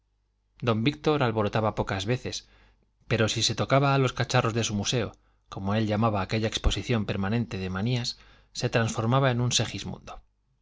don víctor alborotaba pocas veces pero si se tocaba a los cacharros de su museo como él llamaba aquella exposición permanente de manías se transformaba en un